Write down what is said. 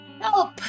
help